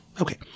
Okay